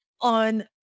on